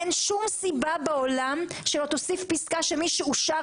אין שום סיבה בעולם שלא תוסיף פסקה שמי שאושר